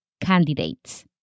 candidates